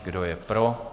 Kdo je pro?